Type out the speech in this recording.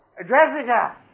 Jessica